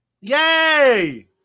Yay